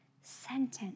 sentence